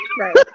right